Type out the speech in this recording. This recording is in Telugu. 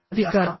అది అధికారమా